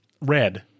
red